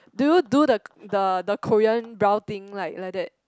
do you do the the the Korea brow thing like like that